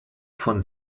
von